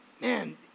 Man